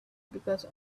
because